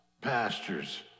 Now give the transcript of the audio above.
pastures